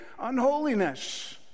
unholiness